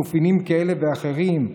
תופינים כאלה ואחרים,